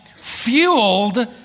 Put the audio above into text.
fueled